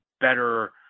better